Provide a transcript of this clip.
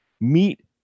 meet